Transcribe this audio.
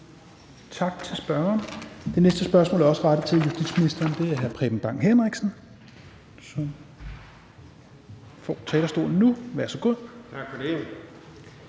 Tak til spørgeren. Det næste spørgsmål er også rettet til justitsministeren, og det er af hr. Preben Bang Henriksen, som får talerstolen nu. Kl. 13:23 Spm.